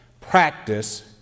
practice